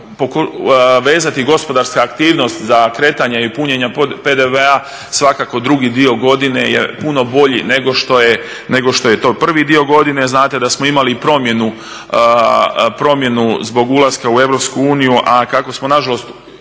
vezati gospodarska aktivnost za kretanja i punjenja PDV-a, svakako drugi dio godine je puno bolji nego što je to prvi dio godine. Znate da smo imali i promjenu zbog ulaska u Europsku uniju, a kako smo nažalost